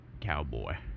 cowboy